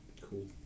cool